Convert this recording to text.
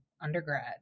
undergrad